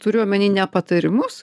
turiu omeny ne patarimus